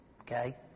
Okay